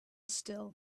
still